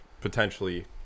potentially